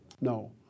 No